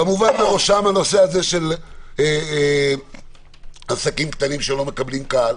כמובן בראשם הנושא של עסקים קטנים שלא מקבלים קהל.